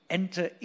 enter